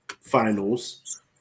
finals